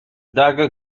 dagger